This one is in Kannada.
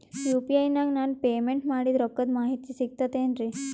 ಯು.ಪಿ.ಐ ನಾಗ ನಾನು ಪೇಮೆಂಟ್ ಮಾಡಿದ ರೊಕ್ಕದ ಮಾಹಿತಿ ಸಿಕ್ತಾತೇನ್ರೀ?